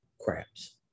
Crabs